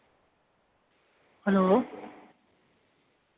hello